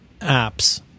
apps